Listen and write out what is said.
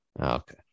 Okay